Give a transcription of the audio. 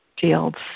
fields